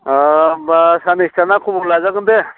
ओ होमबा सान्नैसो थानानै खबर लाजागोन दे